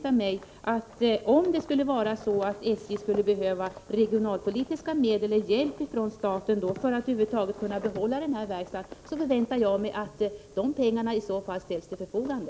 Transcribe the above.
staten i form av regionalpolitiska medel för att över huvud taget kunna behålla verkstaden förväntar jag mig att dessa pengar också ställs till förfogande.